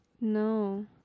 No